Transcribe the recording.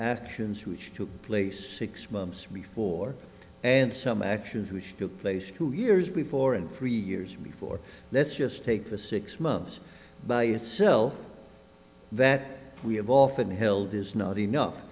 actions which took place six months before and some actions which took place two years before and three years before let's just take the six months by itself that we have often hild is not enough